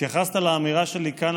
התייחסת לאמירה שלי כאן,